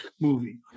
Movie